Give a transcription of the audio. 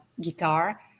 guitar